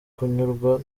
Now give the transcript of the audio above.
kunyurwa